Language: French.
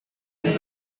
nous